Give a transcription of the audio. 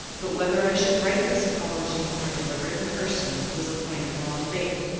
but whether i should write this apology, or deliver it in person, was a point of long debate.